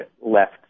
left